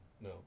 No